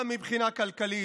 גם מבחינה כלכלית,